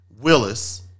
Willis